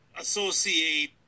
associate